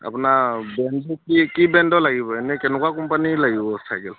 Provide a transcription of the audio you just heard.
আপোনাৰ ব্ৰেণ্ডটো কি কি ব্ৰেণ্ডৰ লাগিব এনে কেনেকুৱা কোম্পানীৰ লাগিব চাইকেল